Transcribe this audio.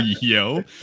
yo